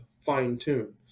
fine-tune